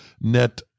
net